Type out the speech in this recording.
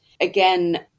Again